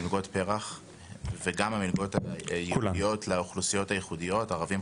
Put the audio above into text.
מלגות פרח וגם המלגות שמיועדות לאוכלוסיות הייחודיות שהן ערבים,